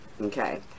Okay